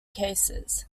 cases